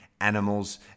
animals